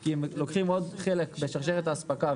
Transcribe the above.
כי הם לוקחים עוד חלק בשרשרת האספקה,